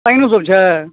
पानियो सब छै